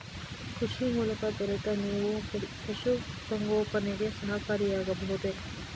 ಕೃಷಿ ಮೂಲಕ ದೊರೆತ ಮೇವು ಪಶುಸಂಗೋಪನೆಗೆ ಸಹಕಾರಿಯಾಗಬಹುದೇ?